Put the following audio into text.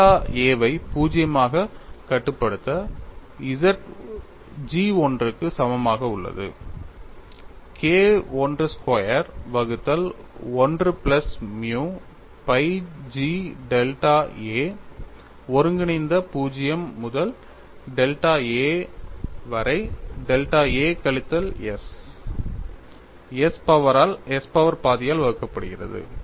delta a வை 0 ஆகக் கட்டுப்படுத்த G I க்கு சமமாக உள்ளது K I ஸ்கொயர் வகுத்தல் 1 plus mu pi G delta a ஒருங்கிணைந்த 0 முதல் டெல்டா a வரை டெல்டா a கழித்தல் s s பவர் பாதியால் வகுக்கப்படுகிறது